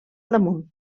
damunt